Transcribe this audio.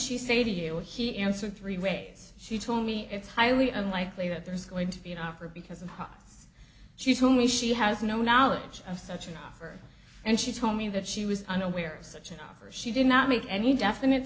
she say to you he answered three raids she told me it's highly unlikely that there's going to be an offer because of products she told me she has no knowledge of such an offer and she told me that she was unaware of such an offer she did not make any definite